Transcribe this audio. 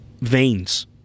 veins